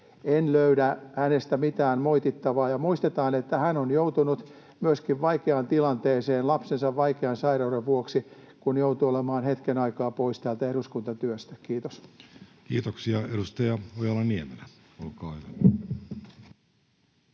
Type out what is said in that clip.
En löydä hänestä mitään moitittavaa. Ja muistetaan, että hän on joutunut myöskin vaikeaan tilanteeseen lapsensa vaikean sairauden vuoksi, kun joutui olemaan hetken aikaa pois täältä eduskuntatyöstä. — Kiitos. [Speech